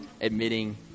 admitting